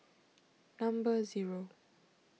number zero